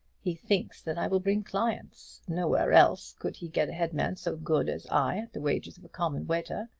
he thinks that i will bring clients. nowhere else could he get a head man so good as i at the wages of a common waiter.